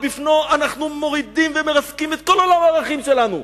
בפניו אנחנו מורידים ומרסקים את כל עולם הערכים שלנו.